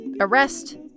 arrest